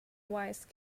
wise